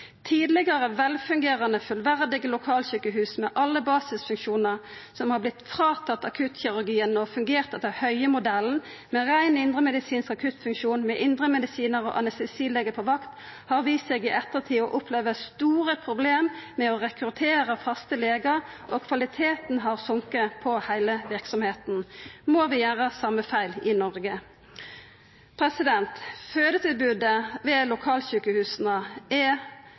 Tidlegare velfungerande og fullverdige lokalsjukehus med alle basisfunksjonar som har vorte fråtatt akuttkirurgien og fungert etter Høie-modellen, med rein indremedisinsk akuttfunksjon, med indremedisinar og anestesilege på vakt, har vist seg i ettertid å oppleva store problem med å rekruttera faste legar, og kvaliteten har gått ned på heile verksemda. Må vi gjera den same feilen i Noreg? Fødetilbodet ved lokalsjukehusa er